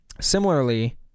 Similarly